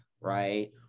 right